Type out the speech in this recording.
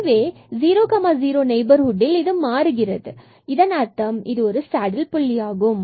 எனவே இது 00 நெய்பர்ஹுட்டில் மாறுகிறது இதன் அர்த்தம் 00 இது சேடில் புள்ளியாகும்